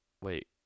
wait